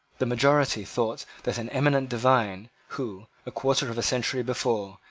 the majority thought that an eminent divine, who, a quarter of a century before,